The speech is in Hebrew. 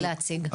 ולהציג.